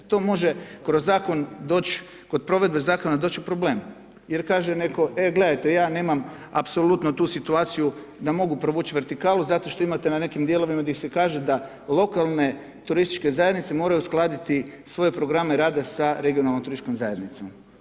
To može kroz zakon doć, kod provedbe zakona doći u problem jer kaže netko, e gledajte, ja nemamo apsolutno tu situaciju da mogu provući vertikalu zato što imate na nekim dijelovima di se kaže da lokalne turističke zajednice moraju uskladiti svoje programe sa regionalnom turističkom zajednicom.